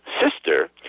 sister